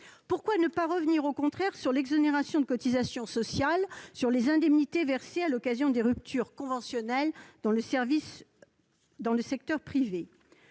Pourquoi ne pas revenir, à l'inverse, sur l'exonération des cotisations sociales dues sur les indemnités versées à l'occasion des ruptures conventionnelles dans le secteur privé ?